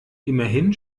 immerhin